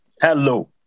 Hello